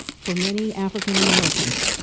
for many african americans.